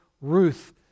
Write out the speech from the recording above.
Ruth